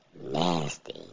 Nasty